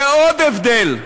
לעוד הבדל: